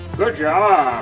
good job.